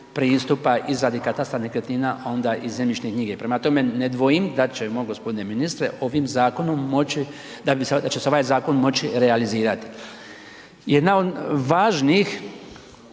pristupa iz katastra nekretnina onda i zemljišne knjige, prema tome, ne dvojim da ćemo g. ministre će se ovaj zakon moći realizirati. Jedna od važnih